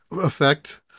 effect